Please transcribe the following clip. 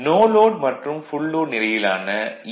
no load மற்றும் full load நிலையிலான ஈ